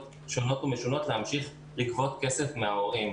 שונות ומשונות המשיך לגבות כסף מההורים.